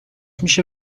میشه